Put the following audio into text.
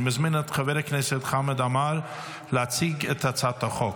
אני מזמין את חבר הכנסת חמד עמאר להציג את הצעת החוק,